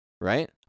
right